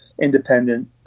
independent